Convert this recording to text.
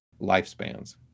lifespans